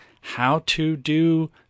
how-to-do